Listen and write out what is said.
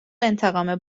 انتقام